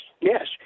yes